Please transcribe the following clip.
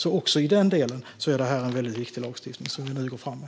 Också i den delen är det här alltså en väldigt viktig lagstiftning som vi nu går fram med.